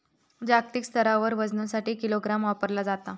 जागतिक स्तरावर वजनासाठी किलोग्राम वापरला जाता